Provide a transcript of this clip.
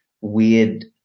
weird